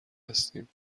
هستیم